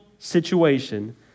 situation